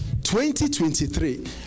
2023